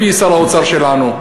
לפי שר האוצר שלנו,